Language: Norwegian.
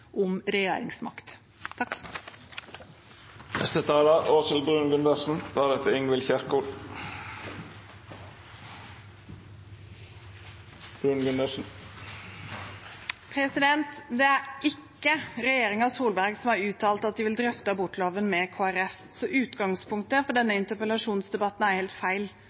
om regjeringsmakt. Det er ikke regjeringen Solberg som har uttalt at de vil drøfte abortloven med Kristelig Folkeparti, så utgangspunktet for denne interpellasjonsdebatten er helt feil.